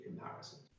comparisons